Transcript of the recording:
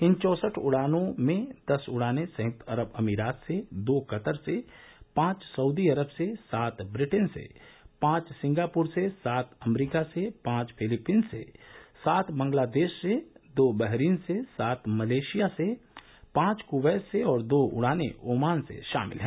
इन चौसठ उड़ानों में दस उड़ानें संयुक्त अरब अमारात से दो कतर से पांच सऊदी अरब से सात ब्रिटेन से पांच सिंगाप्र से सात अमरीका से पांच फिलीपींस से सात बंगलादेश से दो बहरीन से सात मलेशिया से पांच क्वैत से और दो उड़ानें ओमान से शामिल हैं